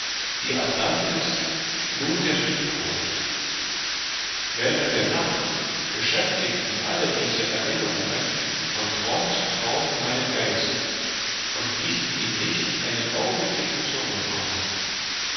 die atlantis nun der südpol während der nacht beschäftigten alle diese erinnerungen von traum zu traum meinen geist und ließen ihn nicht einen augenblick zur ruhe kommen